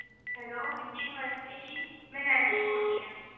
hello ਹਾਂਜੀ ਨਮਸਤੇ ਜੀ ਮੈਂ ਨੈਨਸੀ ਬੋਲਦੀ ਹਾਂ